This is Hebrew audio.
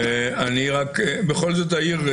אני רק בכל זאת אעיר.